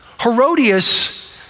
Herodias